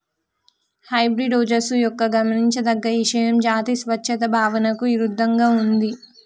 hybrid ఓజస్సు యొక్క గమనించదగ్గ ఇషయం జాతి స్వచ్ఛత భావనకు ఇరుద్దంగా ఉంది